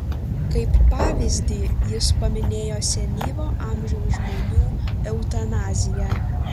kaip pavyzdį jis paminėjo senyvo amžiaus žmonių eutanaziją